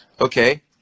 okay